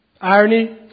Irony